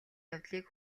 явдлыг